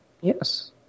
Yes